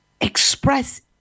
express